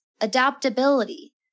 adaptability